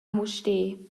mustér